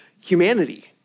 humanity